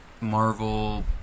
Marvel